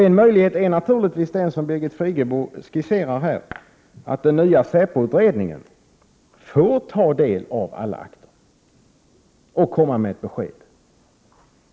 En möjlighet är naturligtvis den som Birgit Friggebo skisserar här, att den nya säpoutredningen får ta del av samtliga akter och lämna ett besked.